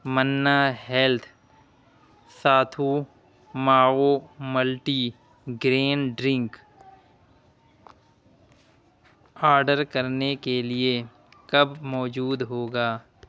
منا ہیلتھ ساتھو ماعو ملٹی گرین ڈرنک آڈر کرنے کے لیے کب موجود ہوگا